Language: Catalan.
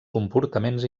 comportaments